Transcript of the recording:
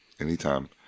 anytime